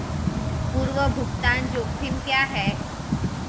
पूर्व भुगतान जोखिम क्या हैं?